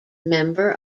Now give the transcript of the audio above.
member